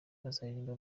bazaririmba